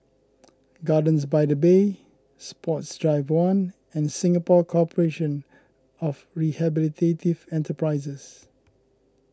Gardens by the Bay Sports Drive one and Singapore Corporation of Rehabilitative Enterprises